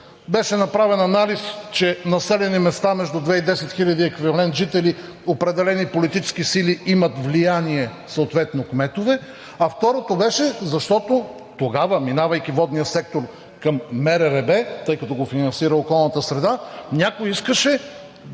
беше направен анализ, че в населени места между 2 и 10 хиляди еквивалент жители определени политически сили имат влияние, съответно кметове, а второто беше – защото тогава, минавайки водният сектор към МРРБ, тъй като го финансира „Околната среда“, някой искаше да